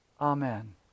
Amen